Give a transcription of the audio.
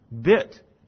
bit